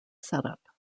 setup